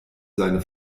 seine